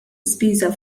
ispiża